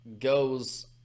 goes